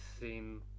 seen